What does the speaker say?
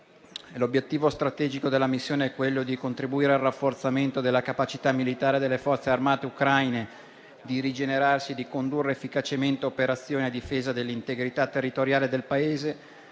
l'obiettivo strategico di tale missione è quello di contribuire al rafforzamento della capacità militare delle Forze armate ucraine di rigenerarsi e di condurre efficacemente operazioni a difesa dell'integrità territoriale del Paese,